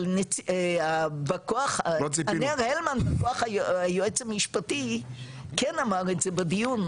אבל ענר הלמן בא כוח היועץ המשפטי כן אמר את זה בדיון,